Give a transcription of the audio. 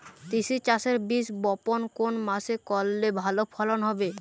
তিসি চাষের বীজ বপন কোন মাসে করলে ভালো ফলন হবে?